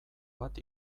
bat